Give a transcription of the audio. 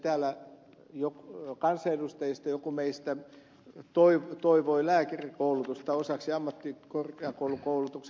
täällä joku meistä kansanedustajista toivoi lääkärikoulutusta osaksi ammattikorkeakoulukoulutukseen